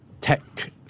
tech